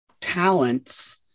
talents